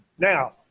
now,